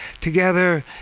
together